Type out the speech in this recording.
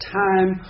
time